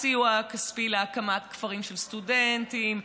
הסיוע הכספי להקמת כפרים של סטודנטים,